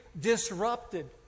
disrupted